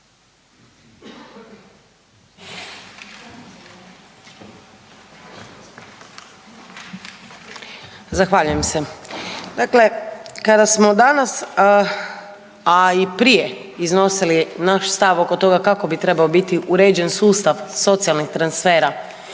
Zahvaljujem se. Dakle, kada smo danas, a i prije iznosili naš stav oko toga kako bi trebao biti uređen sustav socijalnih transfera